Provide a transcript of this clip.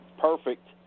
perfect